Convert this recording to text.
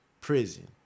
prison